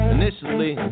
initially